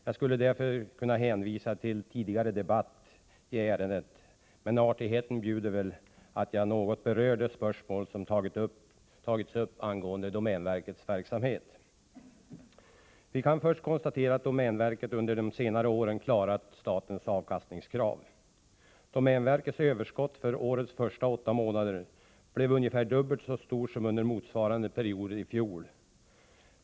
Jag skulle därför kunna hänvisa till tidigare debatt i ärendet, men artigheten bjuder att jag något berör de spörsmål som tagits upp angående domänverkets verksamhet. Vi kan först konstatera att domänverket under de senare åren klarat statens avkastningskrav. Domänverkets överskott för årets första åtta månader blev ungefär dubbelt så stort som under motsvarande period i fjol.